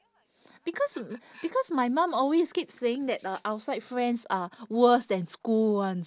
because because my mum always keep saying that uh outside friends are worse than school [one]s